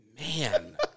man